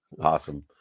Awesome